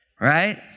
right